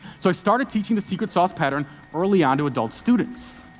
so i started teaching the secret sauce pattern early on to adult students.